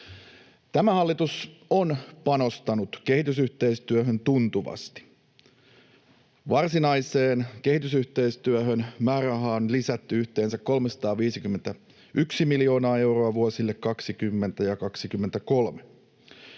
Tämä hallitus on panostanut kehitysyhteistyöhön tuntuvasti. Varsinaiseen kehitysyhteistyöhön määrärahaa on lisätty yhteensä 351 miljoonaa euroa vuosille 20—23.